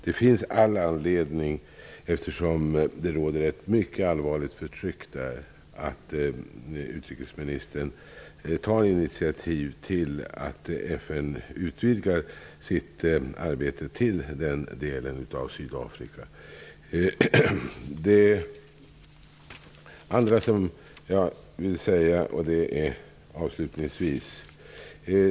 Det finns all anledning, eftersom det råder ett mycket allvarligt förtryck där, att utrikesministern tar initiativ till att FN utvidgar sitt arbete till den delan av Sydafrika. Det andra som jag avslutningsvis vill säga är följande.